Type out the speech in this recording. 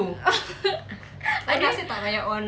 oh abeh